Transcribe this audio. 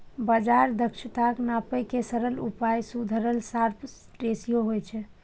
बाजार दक्षताक नापै के सरल उपाय सुधरल शार्प रेसियो होइ छै